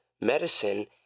medicine